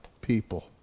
people